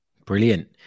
Brilliant